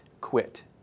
quit